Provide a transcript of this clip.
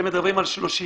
אתם מדברים על 30,